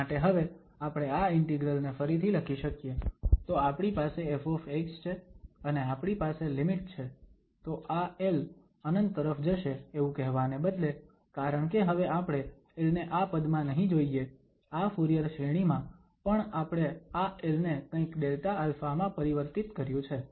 માટે હવે આપણે આ ઇન્ટિગ્રલ ને ફરીથી લખી શકીએ તો આપણી પાસે ƒ છે અને આપણી પાસે લિમિટ છે તો આ l ∞ તરફ જશે એવું કહેવાને બદલે કારણકે હવે આપણે l ને આ પદમાં નહીં જોઈએ આ ફુરીયર શ્રેણી માં પણ આપણે આ l ને કંઈક Δα માં પરિવર્તિત કર્યું છે